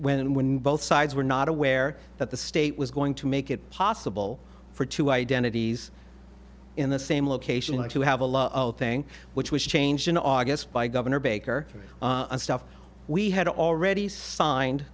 and when both sides were not aware that the state was going to make it possible for two identities in the same location and to have a lot of thing which was changed in august by governor baker and stuff we had already signed